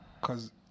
cause